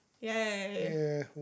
Yay